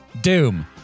Doom